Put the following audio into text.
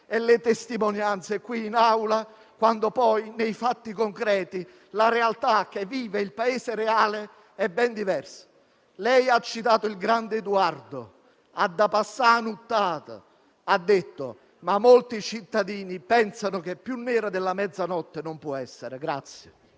e le testimonianze qui in Aula, quando nei fatti concreti la realtà che vive il Paese reale è ben diversa. Lei ha citato il grande Eduardo: «Adda passà 'a nuttata», ma molti cittadini pensano che più nera della mezzanotte non può essere.